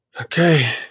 okay